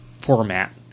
format